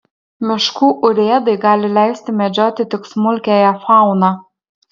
miškų urėdai gali leisti medžioti tik smulkiąją fauną